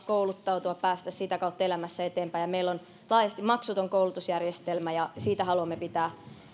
kouluttautua ja päästä sitä kautta elämässä eteenpäin meillä on laajasti maksuton koulutusjärjestelmä ja siitä haluamme pitää